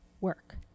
work